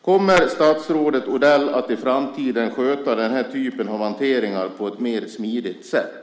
Kommer statsrådet Odell att i framtiden sköta den här typen av hantering på ett smidigare sätt?